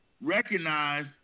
recognize